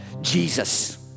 Jesus